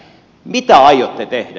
mitä aiotte tehdä